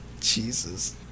jesus